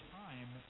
time